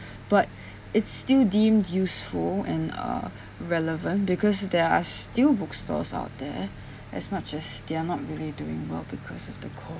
but it's still deemed useful and uh relevant because there are still bookstores out there as much as they are not really doing well because of the corona